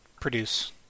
produce